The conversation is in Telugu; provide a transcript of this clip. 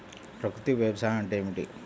ప్రకృతి వ్యవసాయం అంటే ఏమిటి?